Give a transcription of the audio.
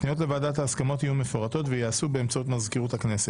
הפניות לוועדת ההסכמות יהיו מפורטות וייעשו באמצעות מזכירות הכנסת.